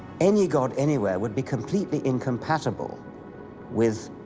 any god anywhere would be completely incompatible with